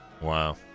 Wow